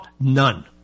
none